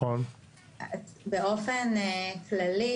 באופן כללי,